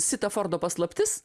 syta fordo paslaptis